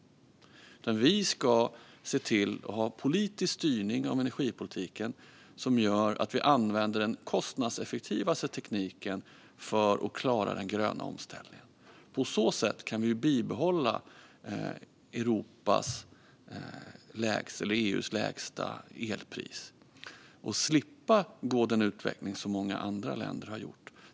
Vi ska se till att ha politisk styrning av energipolitiken som gör att vi använder den kostnadseffektivaste tekniken för att klara den gröna omställningen. På så sätt kan vi bibehålla EU:s lägsta elpris och slippa den utveckling som många andra länder har.